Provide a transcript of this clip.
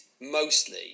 mostly